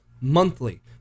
monthly